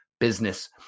Business